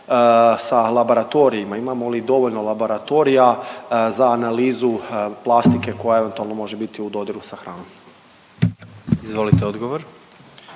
sa laboratorijima, imamo li dovoljno laboratorija za analizu plastike koja eventualno može biti u dodiru sa hranom? **Jandroković,